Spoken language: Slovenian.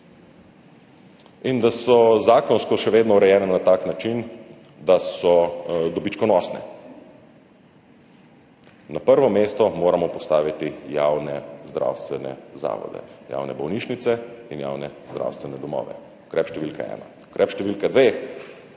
in da so zakonsko še vedno urejene na tak način, da so dobičkonosne. Na prvo mesto moramo postaviti javne zdravstvene zavode, javne bolnišnice in javne zdravstvene domove, ukrep številka ena. Ukrep številka dve: